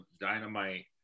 Dynamite